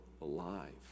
alive